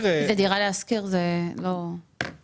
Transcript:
דירה להשכיר מציג